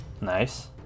Nice